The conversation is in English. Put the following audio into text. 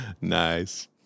Nice